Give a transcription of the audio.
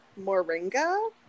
moringa